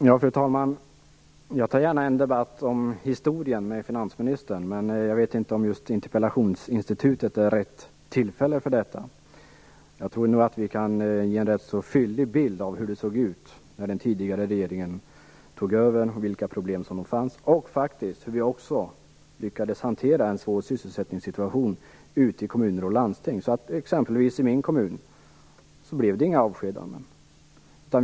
Fru talman! Jag tar gärna en debatt om historien med finansministern, men jag vet inte om just en interpellation är rätt tillfälle för detta. Jag tror nog att vi kan ge en rätt fyllig bild av hur det såg ut när den tidigare regeringen tog över; av vilka problem som fanns och också av hur vi - faktiskt - lyckades hantera en svår sysselsättningssituation ute i kommuner och landsting. I min kommun exempelvis, blev det inga avskedanden.